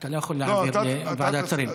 אתה לא יכול להעביר לוועדת הכספים.